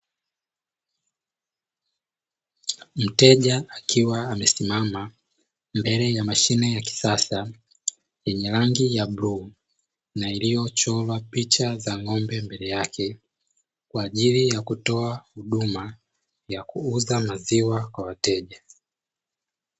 Mteja akiwa amesimama mbele ya mashine ya kisasa yenye rangi ya bluu na iliyochorwa picha za ng'ombe mbele yake, kwa jaili ya kutoa huduma ya kuuza maziwa kwa wateja.